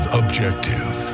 objective